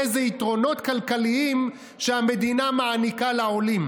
באיזה יתרונות כלכליים שהמדינה מעניקה לעולים,